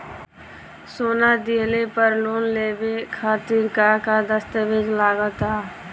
सोना दिहले पर लोन लेवे खातिर का का दस्तावेज लागा ता?